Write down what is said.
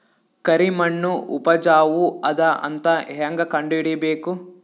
ಕರಿಮಣ್ಣು ಉಪಜಾವು ಅದ ಅಂತ ಹೇಂಗ ಕಂಡುಹಿಡಿಬೇಕು?